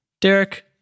Derek